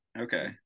okay